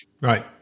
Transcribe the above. Right